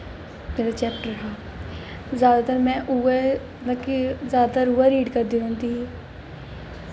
जेह्ड़ा चैप्टर हा जैदातर में मतलब कि जैदातर उऐ रीड़ करदी रौंह्दी ही